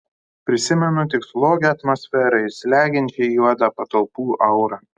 prisimenu tik slogią atmosferą ir slegiančiai juodą patalpų aurą